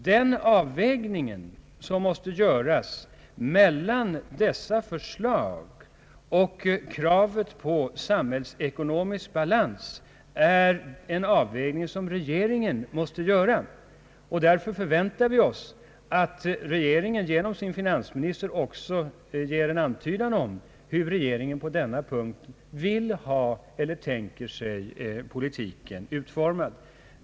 Den avvägning som måste göras mellan dessa förslag och kravet på en samhällsekonomisk balans är en avvägning, som regeringen måste göra. Därför förväntar vi oss att regeringen genom sin finansminister också ger en antydan om hur regeringen på denna punkt vill ha eller tänker sig politiken utformad.